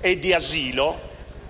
e di asilo,